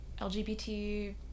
LGBT